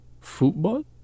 football